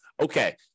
okay